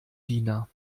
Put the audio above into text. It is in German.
diener